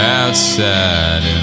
outside